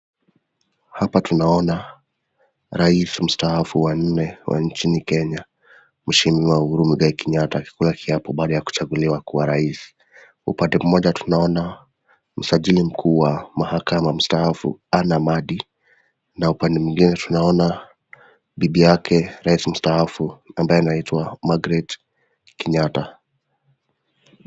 Hapa tunaona, rais mstaafu wa nne wa nchini Kenya, Mheshimiwa Uhuru Muigai Kenyatta akikula kiapo baada ya kuchaguliwa kuwa rais. Upande mmoja tunaona msajili mkuu wa mahakama mstaafu Anne Amadi na upande mwingine tunaona bibi yake rais mstaafu ambaye anaitwa Margaret Kenyatta.